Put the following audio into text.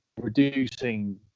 reducing